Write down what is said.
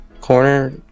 Corner